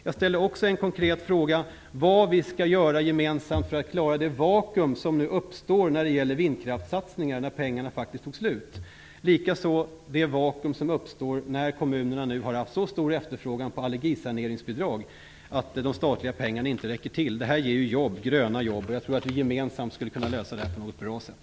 Jag ställde också en konkret fråga om vad vi skall göra gemensamt för att klara det vakuum som nu uppstår när pengarna till vindkraftssatsningarna faktiskt tagit slut. Samma sak gäller det vakuum som uppstår när kommunerna nu har haft så stor efterfrågan på allergisaneringsbidrag att de statliga pengarna inte räcker till. Detta ger ju gröna jobb. Jag tror att vi gemensamt skulle kunna lösa detta på ett bra sätt.